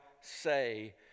say